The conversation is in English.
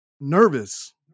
nervous